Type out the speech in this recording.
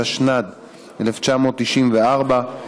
התשנ"ד 1994,